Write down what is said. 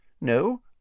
No